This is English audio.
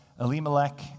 Elimelech